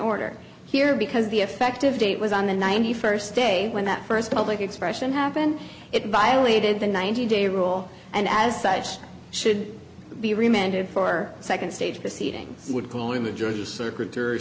order here because the effective date was on the ninety first day when that first public expression happened it violated the ninety day rule and as such should be remitted for second stage proceedings would call in the justice secretary